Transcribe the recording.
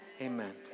Amen